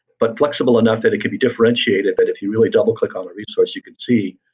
but flexible enough that it could be differentiated that if you really double-click on the resource you can see,